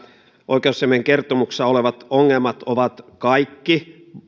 oikeusasiamiehen kertomuksessa olevat ongelmat ovat kaikki